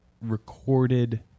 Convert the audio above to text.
recorded